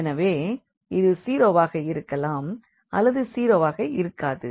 எனவே இது 0 வாக இருக்கலாம் அல்லது 0 வாக இருக்காது